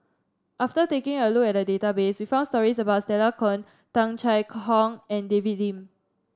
after taking a look at the database we found stories about Stella Kon Tung Chye Hong and David Lim